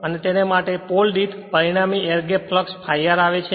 અને તેના માટે પોલ દીઠ પરિણામી એર ગેપ ફ્લક્સ ∅r આવે છે